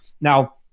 now